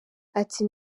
ati